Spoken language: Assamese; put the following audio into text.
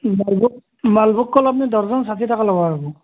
মালভোগ মালভোগ কল আপনি ডৰ্জন ষাঠি টকা ল'ব পাৰিব